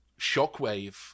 shockwave